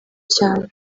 cyane